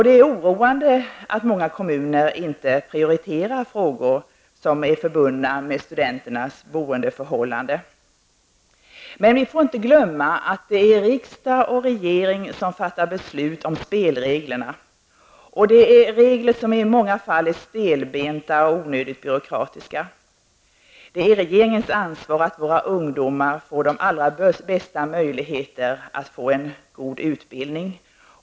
Det är oroande att många kommuner inte prioriterar frågor som hör ihop med studenternas boendeförhållanden. Men vi får inte glömma att det är riksdag och regering som fattar beslut om spelreglerna. Reglerna är i många fall stelbenta och onödigt byråkratiska. Det är regeringen som har ansvaret för att våra ungdomar får de allra bästa möjligheter till en god utbildning.